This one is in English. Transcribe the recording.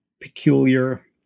peculiar